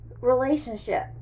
relationship